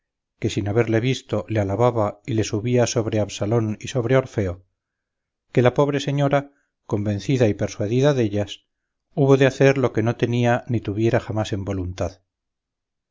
que sin haberle visto le alababa y le subía sobre absalón y sobre orfeo que la pobre señora convencida y persuadida dellas hubo de hacer lo que no tenía ni tuviera jamás en voluntad